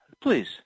please